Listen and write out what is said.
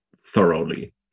thoroughly